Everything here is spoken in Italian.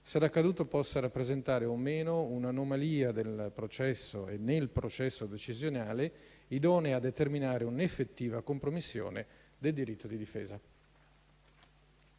se l'accaduto possa rappresentare o meno un'anomalia del processo e nel processo decisionale idonea a determinare un'effettiva compromissione del diritto di difesa.